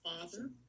Father